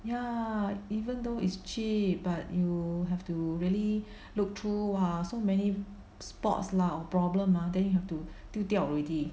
ya even though is cheap but you have to really look through !wah! so many spots lah or problem mah then you have to 丢掉 already